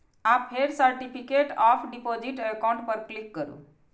आ फेर certificate of deposit account पर क्लिक करू